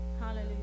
Hallelujah